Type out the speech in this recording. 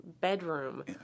bedroom